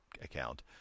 account